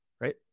Right